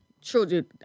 children